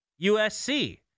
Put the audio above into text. USC